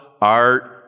art